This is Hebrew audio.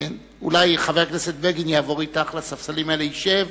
אולי חבר הכנסת בגין יעבור אתך לספסלים, ישב,